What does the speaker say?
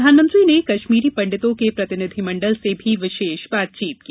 प्रधानमंत्री ने कश्मीरी पंडितों के प्रतिनिधिमण्डल से भी विशेष बातचीत की